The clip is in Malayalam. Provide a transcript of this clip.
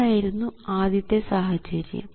ഇതായിരുന്നു ആദ്യത്തെ സാഹചര്യം